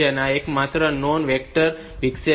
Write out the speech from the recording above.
તેથી આ એકમાત્ર નોન વેક્ટર વિક્ષેપ છે